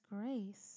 grace